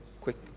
Quick